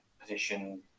position